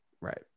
Right